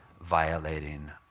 violating